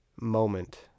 moment